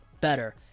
better